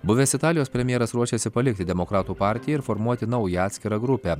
buvęs italijos premjeras ruošėsi palikti demokratų partiją ir formuoti naują atskirą grupę